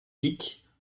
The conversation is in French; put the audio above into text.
piques